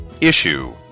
Issue